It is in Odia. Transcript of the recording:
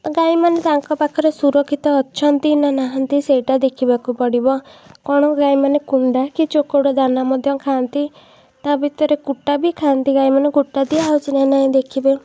ଗାଈମାନେ ତାଙ୍କ ପାଖରେ ସୁରକ୍ଷିତ ଅଛନ୍ତି ନା ନାହାଁନ୍ତି ସେଇଟା ଦେଖିବାକୁ ପଡ଼ିବ କ'ଣ ଗାଈମାନେ କୁଣ୍ଡା କି ଚୋକଡ଼ ଦାନା ମଧ୍ୟ ଖାଆନ୍ତି ତା'ଭିତରେ କୁଟା ବି ଖାଆନ୍ତି ଗାଈମାନେ କୁଟା ଦିଆ ହେଉଛି ନା ନାହିଁ ଦେଖିବେ